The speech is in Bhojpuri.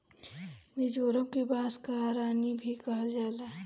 मिजोरम के बांस कअ रानी भी कहल जाला